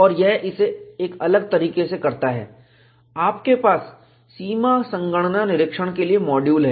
और यह इसे एक अलग तरीके से करता है आपके पास सीमा संगणना निरीक्षण के लिए मॉड्यूल है